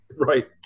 Right